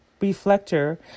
reflector